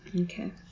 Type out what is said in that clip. Okay